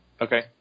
Okay